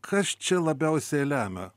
kas čia labiausiai lemia